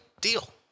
deal